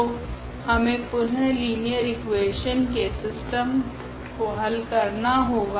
तो हमे पुनः लिनियर इकुवेशनस के सिस्टम को हल करना होगा